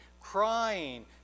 crying